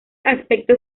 aspectos